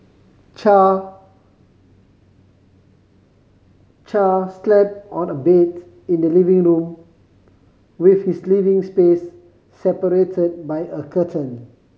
Char Char slept on a beds in the living room with his living space separated by a curtain